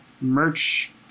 merch